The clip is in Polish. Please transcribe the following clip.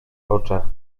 oczach